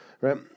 right